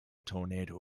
tornado